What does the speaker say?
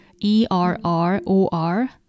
E-R-R-O-R